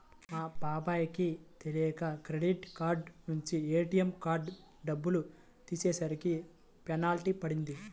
మా బాబాయ్ కి తెలియక క్రెడిట్ కార్డు నుంచి ఏ.టీ.యం ద్వారా డబ్బులు తీసేసరికి పెనాల్టీ పడింది